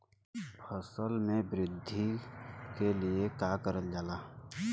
फसल मे वृद्धि के लिए का करल जाला?